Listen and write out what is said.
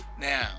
Now